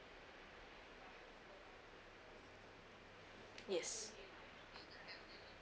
yes